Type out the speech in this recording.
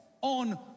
on